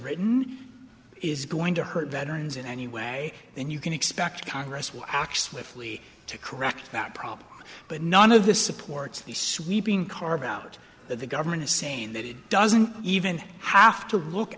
written is going to hurt veterans in any way then you can expect congress will actually flee to correct that problem but none of this supports the sweeping carve out that the government is saying that it doesn't even have to look